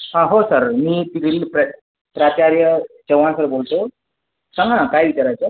हा हो सर मी तिकडील प्रा प्राचार्य चव्हाण सर बोलतो सांगा ना काय विचारायचंय